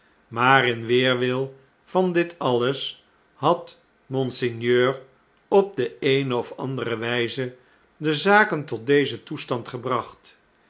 maar in weerwil van dit alles had monseigneur op de eene of andere wijze de zaken tot dezen toestand gebracht